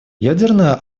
ядерное